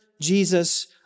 Jesus